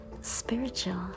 Spiritual